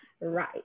right